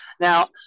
Now